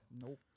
Nope